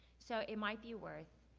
so it might be worth,